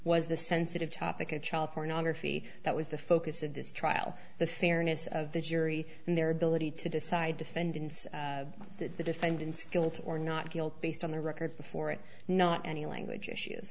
was the sensitive topic of child pornography that was the focus of this trial the fairness of the jury and their ability to decide to fend in that the defendant's guilt or not guilt based on the record before it not any language issues